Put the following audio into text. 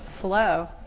slow